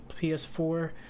PS4